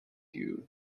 you